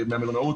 מהמלונאות.